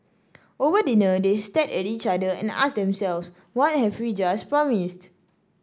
over dinner they stared at each other and asked themselves what have we just promised